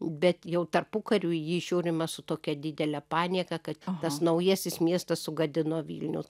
bet jau tarpukariu į jį žiūrima su tokia didele panieka kad tas naujasis miestas sugadino vilnių